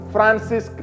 Francis